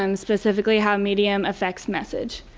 um specifically how medium affects message.